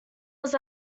was